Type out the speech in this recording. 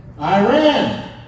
Iran